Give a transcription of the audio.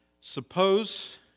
suppose